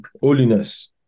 holiness